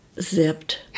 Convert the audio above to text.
zipped